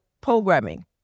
programming